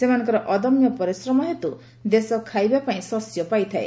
ସେମାନଙ୍କର ଅଦମ୍ୟ ପରିଶ୍ରମ ହେତୁ ଦେଶ ଖାଇବା ପାଇଁ ଶସ୍ୟ ପାଇଥାଏ